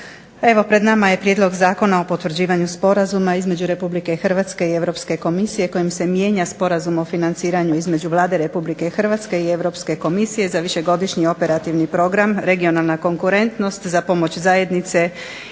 Evo pred nama je prijedlog Zakona o potvrđivanju sporazuma između RH i Europske komisije kojim se mijenja sporazum o financiranju između Vlade Republike Hrvatske i Europske komisije za višegodišnji operativni program "Regionalna konkurentnost" za pomoć zajednice